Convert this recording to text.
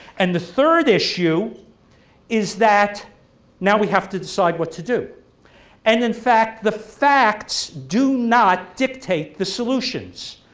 and the third issue is that now we have to decide what to do and in fact the facts do not dictate the solutions.